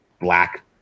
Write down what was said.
black